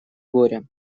горя